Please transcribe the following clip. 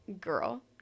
girl